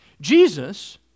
Jesus